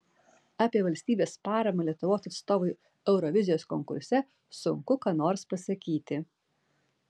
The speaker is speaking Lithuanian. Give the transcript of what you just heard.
apie valstybės paramą lietuvos atstovui eurovizijos konkurse sunku ką nors pasakyti